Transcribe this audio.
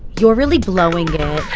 you're really blowing it.